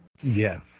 Yes